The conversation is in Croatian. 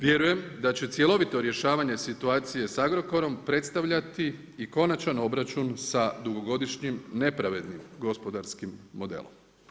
Vjerujem da će cjelovito rješavanje situacije s Agrokorom predstavljati i konačan obračun sa dugogodišnjim nepravednim gospodarskim modelom.